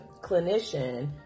clinician